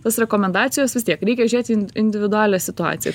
tos rekomendacijos vis tiek reikia žiūrėti ind individualią situaciją